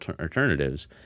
alternatives